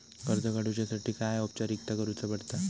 कर्ज काडुच्यासाठी काय औपचारिकता करुचा पडता?